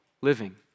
living